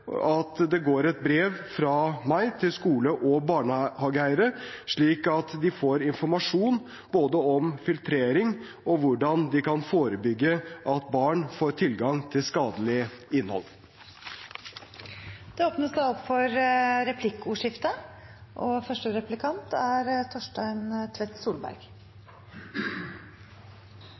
at det går et brev fra meg til skole- og barnehageeiere, slik at de får informasjon både om filtrering og om hvordan de kan forebygge at barn får tilgang til skadelig innhold. Det blir replikkordskifte. Dette har vært en sak som har engasjert. Det er